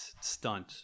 stunt